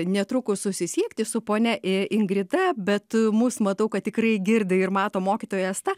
netrukus susisiekti su ponia ingrida bet mus matau kad tikrai girdi ir mato mokytoja asta